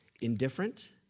indifferent